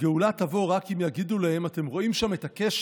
הגאולה תבוא רק אם יגידו / להם: אתם רואים את הקשת